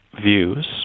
views